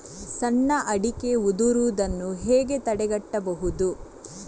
ಸಣ್ಣ ಅಡಿಕೆ ಉದುರುದನ್ನು ಹೇಗೆ ತಡೆಗಟ್ಟಬಹುದು?